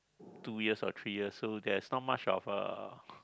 two years or three years so there's not much of uh